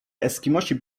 eskimosi